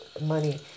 money